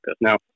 Now